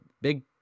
big